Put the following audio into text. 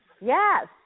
Yes